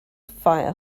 fire